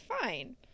fine